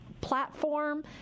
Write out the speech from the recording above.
platform